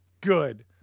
Good